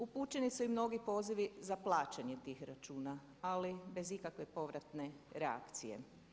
Upućeni su i mnogi pozivi za plaćanje tih računa, ali bez ikakve povratne reakcije.